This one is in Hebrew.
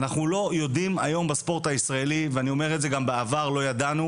אנחנו לא יודעים היום בספורט הישראלי גם בעבר לא ידענו